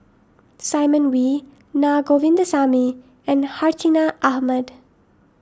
Simon Wee Na Govindasamy and Hartinah Ahmad